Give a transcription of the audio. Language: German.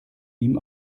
ihm